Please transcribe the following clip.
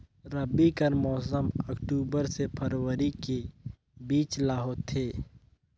रबी कर मौसम अक्टूबर से फरवरी के बीच ल होथे